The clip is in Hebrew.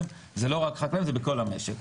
זה לא רק חקלאים, זה בכל המשק.